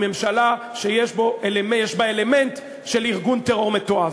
ממשלה שיש בה אלמנט של ארגון טרור מתועב.